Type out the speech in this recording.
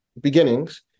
beginnings